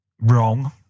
wrong